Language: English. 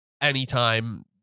anytime